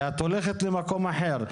את הולכת למקום אחר.